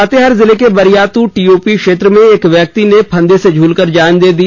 लातेहार जिले के बारीयातू टीओपी क्षेत्र में एक व्यक्ति ने फंदे से झूलकर जान दे दी